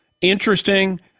interesting